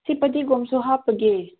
ꯁꯤ ꯐꯗꯤꯒꯣꯝꯁꯨ ꯍꯥꯞꯄꯒꯦ